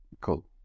Cool